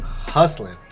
Hustling